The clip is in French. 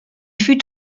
fut